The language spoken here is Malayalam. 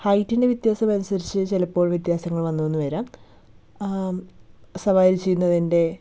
ഹൈറ്റിൻ്റെ വ്യത്യാസം അനുസരിച്ച് ചിലപ്പോൾ വ്യത്യാസങ്ങൾ വന്നു എന്ന് വരാം സവാരി ചെയ്യുന്നതിൻ്റെ